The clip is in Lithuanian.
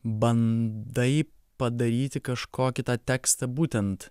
bandai padaryti kažkokį tą tekstą būtent